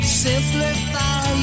simplify